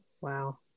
Wow